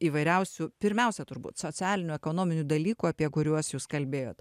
įvairiausių pirmiausia turbūt socialinių ekonominių dalykų apie kuriuos jūs kalbėjot